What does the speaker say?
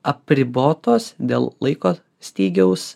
apribotos dėl laiko stygiaus